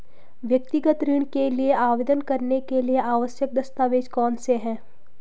व्यक्तिगत ऋण के लिए आवेदन करने के लिए आवश्यक दस्तावेज़ कौनसे हैं?